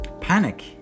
Panic